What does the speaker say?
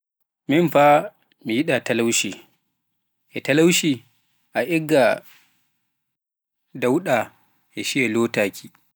min faa mi yiɗa talaushi, e talaushi ai igga dauɗ e shiiya lotaaki.